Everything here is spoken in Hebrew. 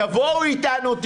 תבואו איתנו,